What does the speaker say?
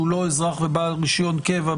שהוא לא אזרח ובעל רישיון קבע,